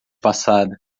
passada